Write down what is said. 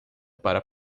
para